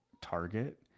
target